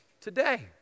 today